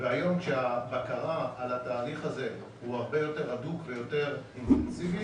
והיום כשהבקרה על התהליך הזה הוא הרבה יותר הדוק ויותר אינטנסיבי,